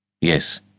Yes